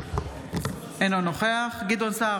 אינו נוכח גדעון סער,